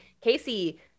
Casey